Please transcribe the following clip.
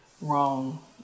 wrong